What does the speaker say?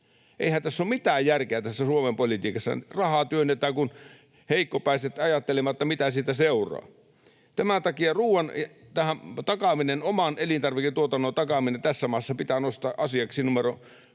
Eihän tässä ole mitään järkeä tässä Suomen politiikassa, että rahaa työnnetään kuin heikkopäiset ajattelematta, mitä siitä seuraa. Tämän takia ruuan ja oman elintarviketuotannon takaaminen tässä maassa pitää nostaa asiaksi numero